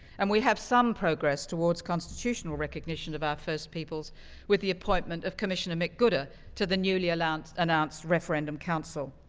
and we have some progress towards constitutional recognition of our first peoples with the appointment of commissioner mick gooda to the newly announced announced referendum council.